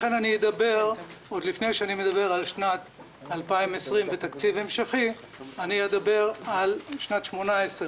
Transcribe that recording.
לכן עוד לפני שאני מדבר על שנת 2020 ותקציב המשכי אדבר על שנת 2018,